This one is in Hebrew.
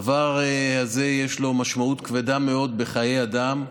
הדבר הזה, יש לו משמעות כבדה מאוד בחיי אדם,